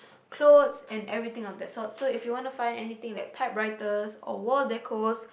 clothes and everything of that sort so if you want to find anything like typewriters or wall decos